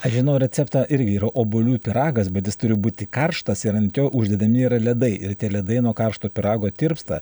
aš žinau receptą irgi yra obuolių pyragas bet jis turi būti karštas ir ant jo uždedami yra ledai ir tie ledai nuo karšto pyrago tirpsta